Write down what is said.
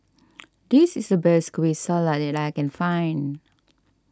this is the best Kueh Salat that I can find